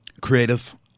creative